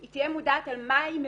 היא תהיה מודעת על מה היא מוותרת,